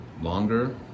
longer